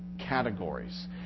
categories